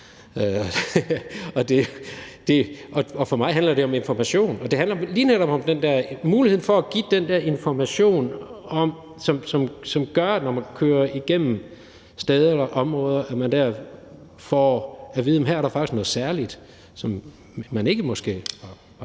For mig handler det om information. Det handler lige netop om muligheden for at give den der information, som gør, at når man kører igennem steder eller områder, så får man at vide, at her er der faktisk noget særligt, som man måske ikke var